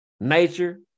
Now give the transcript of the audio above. nature